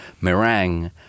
Meringue